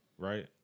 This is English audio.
right